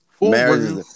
Marriage